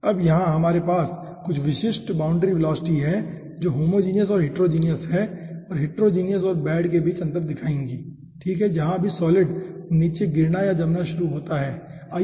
अब यहां हमारे पास कुछ विशिष्ट बाउंड्री वेलोसिटी हैं जो होमोजीनियस और हिटेरोजीनियस और हिटेरोजीनियस और बेड के बीच अंतर दिखाएंगे ठीक है जहां भी सॉलिड नीचे गिरना या जमना शुरू होता है ठीक है